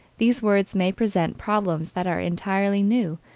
these words may present problems that are entirely new,